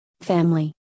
family